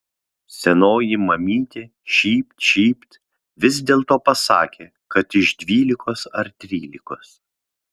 senoji mamytė šypt šypt vis dėlto pasakė kad iš dvylikos ar trylikos